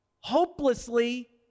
Hopelessly